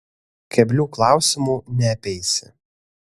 keblių klausimų neapeisi